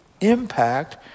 impact